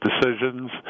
decisions